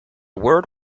word